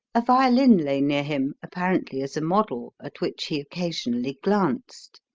a violin lay near him, apparently as a model, at which he occasionally glanced.